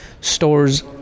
stores